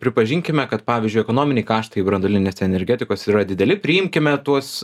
pripažinkime kad pavyzdžiui ekonominiai kaštai branduolinės energetikos yra dideli priimkime tuos